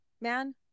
man